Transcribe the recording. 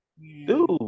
Dude